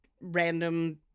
random